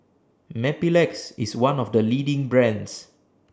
Mepilex IS one of The leading brands